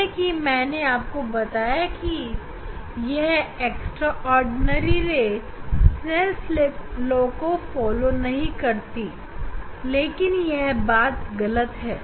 जैसे कि मैंने आपको बताया कि यह एक्स्ट्राऑर्डिनरी रे स्नेल लाSnell's law का अनुसरण नहीं करती है लेकिन यह गलत है